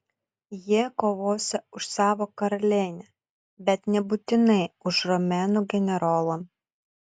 jie kovosią už savo karalienę bet nebūtinai už romėnų generolą